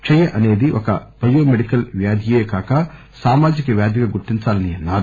క్షయ అసేది ఒక బయో మెడికల్ వ్యాధియే కాక సామాజిక వ్యాధిగా గుర్తించాలని అన్నారు